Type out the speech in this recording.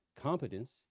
competence